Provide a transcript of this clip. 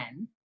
10